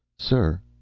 sir,